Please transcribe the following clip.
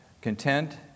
content